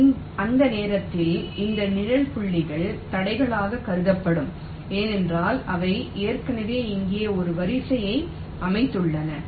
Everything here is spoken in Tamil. எனவே அந்த நேரத்தில் இந்த நிழல் புள்ளிகள் தடைகளாக கருதப்படும் ஏனென்றால் அவை ஏற்கனவே இங்கே ஒரு வரியை அமைத்துள்ளன